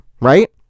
right